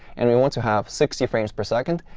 and we want to have sixty frames per second.